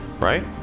right